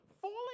falling